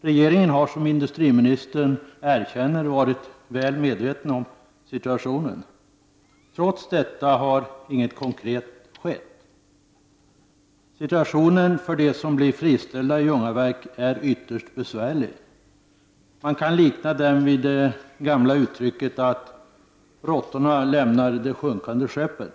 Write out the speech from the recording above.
Regeringen har, som industriministern erkänner, varit väl medveten om situationen. Trots detta har inget konkret skett. Situationen för dem som blir friställda i Ljungaverk är ytterst besvärlig. Man skulle här kunna använda det gamla uttrycket att ”råttorna lämnar det sjunkande skeppet”.